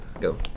go